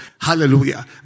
Hallelujah